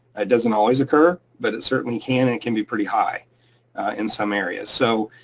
it doesn't always occur, but it certainly can and can be pretty high in some areas. so